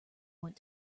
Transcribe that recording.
want